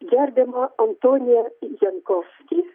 gerbiamą antoniją jankovskį